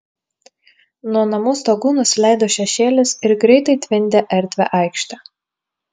nuo namų stogų nusileido šešėlis ir greitai tvindė erdvią aikštę